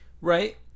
Right